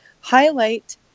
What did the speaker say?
highlight